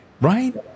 right